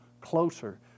closer